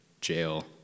jail